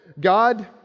God